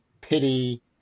pity